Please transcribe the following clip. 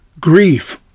Grief